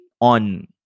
on